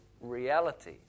reality